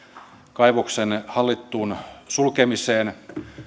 kaivoksen hallittuun sulkemiseen